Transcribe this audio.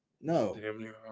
no